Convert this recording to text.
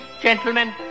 gentlemen